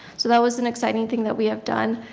so that was an exciting thing that we have done.